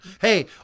Hey